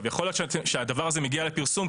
יכול להיות שהדבר הזה מגיע לפרסום,